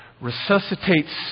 resuscitates